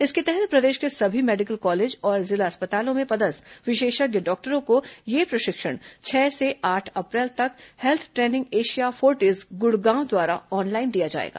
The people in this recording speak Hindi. इसके तहत प्रदेश के सभी मेडिकल कॉलेज और जिला अस्पतालों में पदस्थ विशेषज्ञ डॉक्टरों को यह प्रशिक्षण छह से आठ अप्रैल तक health training Asia Fortis Gurgaon द्वारा ऑनलाइन दिया जाएगा